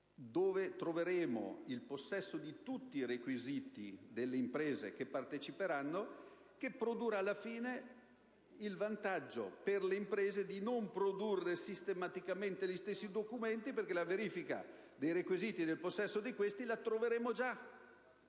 dove troveremo il possesso di tutti i requisiti delle imprese che parteciperanno, che produrrà alla fine il vantaggio per le imprese di non produrre sistematicamente gli stessi documenti, perché la verifica del possesso di questi la troveremo già